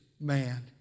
man